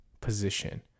position